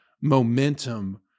momentum